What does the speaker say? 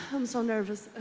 i'm so nervous.